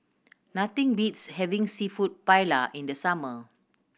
nothing beats having Seafood Paella in the summer